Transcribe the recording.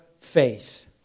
faith